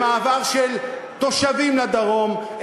במעבר של תושבים לדרום.